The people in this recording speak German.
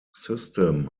system